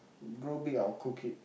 grow big I will cook it